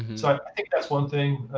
and so i think that's one thing.